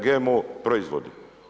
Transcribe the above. GMO proizvodi.